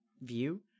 view